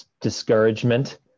discouragement